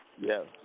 Yes